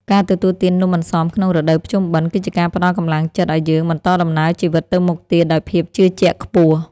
ការទទួលទាននំអន្សមក្នុងរដូវភ្ជុំបិណ្ឌគឺជាការផ្ដល់កម្លាំងចិត្តឱ្យយើងបន្តដំណើរជីវិតទៅមុខទៀតដោយភាពជឿជាក់ខ្ពស់។